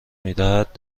میدهد